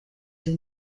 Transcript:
این